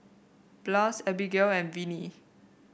Blas Abigail and Venie